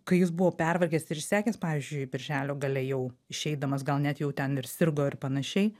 kai jis buvo pervargęs ir išsekęs pavyzdžiui birželio gale jau išeidamas gal net jau ten ir sirgo ir panašiai